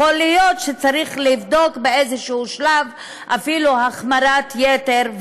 יכול להיות שצריך לבדוק באיזשהו שלב אפילו החמרת יתר,